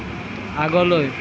আগলৈ